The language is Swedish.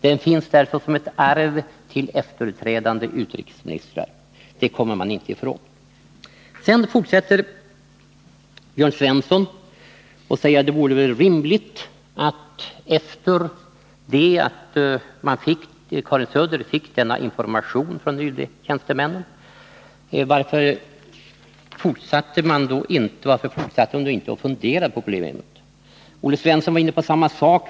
Det finns där såsom ett arv till efterträdande utrikesministrar. Det kommer man inte ifrån. Sedan menar Jörn Svensson att det hade varit rimligt att Karin Söder, sedan hon fått denna information från UD-tjänstemännen, hade fortsatt att fundera på problemet. Olle Svensson var inne på samma sak.